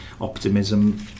optimism